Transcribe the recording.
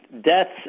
deaths